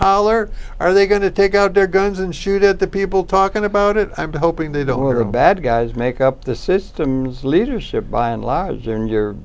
holler are they going to take out their guns and shoot at the people talking about it i'm hoping they don't want a bad guys make up the systems leadership by and large in your